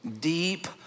deep